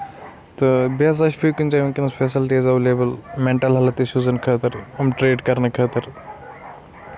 تہٕ بیٚیہِ ہسا چھِ فی کُنہِ جایہِ ؤنکیٚس فیسلٹی ایٚولیبٕل مینٹل ہیٚلٕتھ اِشوٗزن خٲطرٕ یِم ٹریٹ کرنہٕ خٲطرٕ